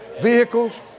vehicles